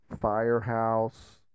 Firehouse